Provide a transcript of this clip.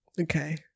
Okay